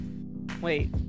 Wait